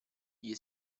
gli